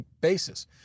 basis